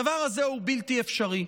הדבר הזה הוא בלתי אפשרי.